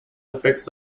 effects